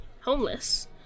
homeless